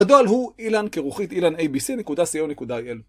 גדול הוא אילן כרוכית אילן abc.co.il